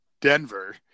Denver